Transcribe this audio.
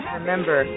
remember